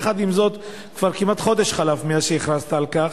עם זאת, כבר כמעט חודש חלף מאז הכרזת על כך.